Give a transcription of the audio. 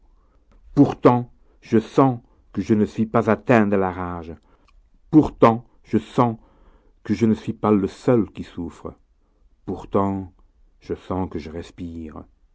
pourtant je sens que je ne suis pas atteint de la rage pourtant je sens que je ne suis pas le seul qui souffre pourtant je sens que je respire